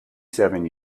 seven